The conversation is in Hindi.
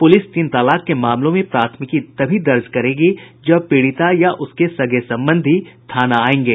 पुलिस तीन तलाक के मामलों में प्राथमिकी तभी दर्ज करेगी जब पीड़िता या उसके सगे संबंधी थाना आयेंगे